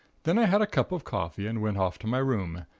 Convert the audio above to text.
then i had a cup of coffee and went off to my room,